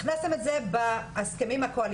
את אומרת שהכנסתם את זה בהסכמים הקואליציוניים,